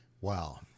Wow